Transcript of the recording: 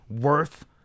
worth